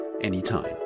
anytime